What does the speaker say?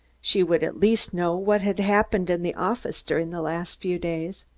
she would at least know what had happened in the office during the last few days.